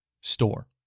store